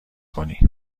کنی